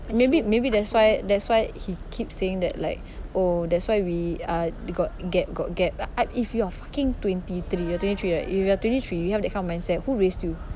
maybe maybe that's why that's why he keep saying that like oh that's why we ah got gap got gap if you are fucking twenty three you're twenty three right if you're twenty three you have that kind of mindset who raised you